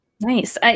Nice